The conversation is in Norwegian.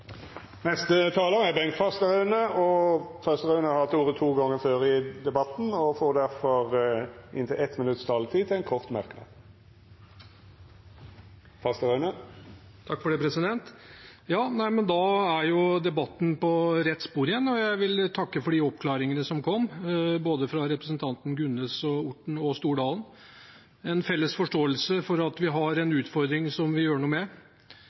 Bengt Fasteraune har hatt ordet to gonger tidlegare og får ordet til ein kort merknad, avgrense til 1 minutt. Da er jo debatten på rett spor igjen. Jeg vil takke for de oppklaringene som kom fra representantene Gunnes, Orten og Stordalen. Det er en felles forståelse for at vi har en utfordring som vi må gjøre noe med.